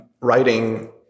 writing